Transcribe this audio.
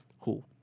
Cool